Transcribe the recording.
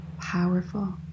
powerful